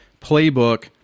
playbook